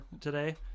today